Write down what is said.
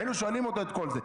היינו שואלים אותו את כל זה,